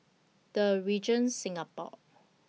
The Regent Singapore